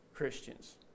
Christians